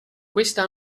questa